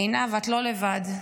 עינב, את לא לבד.